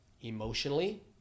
emotionally